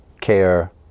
care